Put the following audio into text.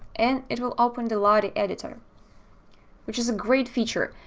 and it will open the lottie editor which is a great feature,